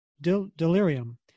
delirium